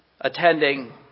attending